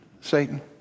Satan